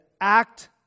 act